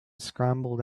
scrambled